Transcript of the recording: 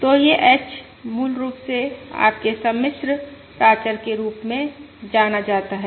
तो यह h मूल रूप से आपके सम्मिश्र प्राचर के रूप में जाना जाता है